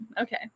Okay